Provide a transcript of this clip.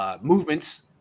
movements